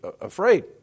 afraid